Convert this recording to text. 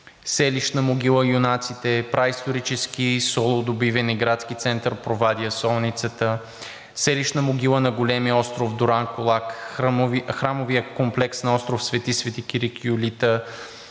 селищна могила „Юнаците“, праисторически солодобивен и градски център Провадия – солницата, селищна могила на големия остров Дуранкулак, храмовият комплекс на остров Свети Свети Кирик и Юлита